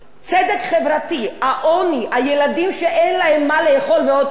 הילדים שאין להם מה לאכול ועוד צריכים לפרנס את ההורים שלהם.